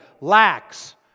lacks